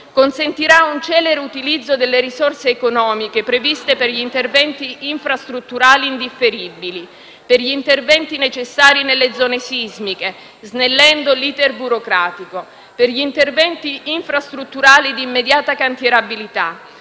Consentirà un celere utilizzo delle risorse economiche previste per gli interventi infrastrutturali indifferibili, per gli interventi necessari nelle zone sismiche snellendo l'*iter* burocratico, per gli interventi infrastrutturali di immediata cantierabilità,